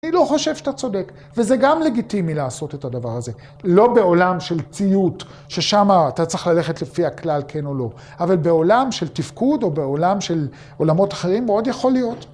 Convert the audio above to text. אני לא חושב שאתה צודק, וזה גם לגיטימי לעשות את הדבר הזה. לא בעולם של ציות, ששם אתה צריך ללכת לפי הכלל כן או לא, אבל בעולם של תפקוד, או בעולם של עולמות אחרים, מאוד יכול להיות.